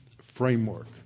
framework